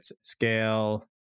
scale